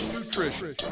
Nutrition